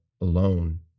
alone